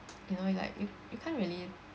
you know like you you can't really